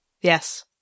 Yes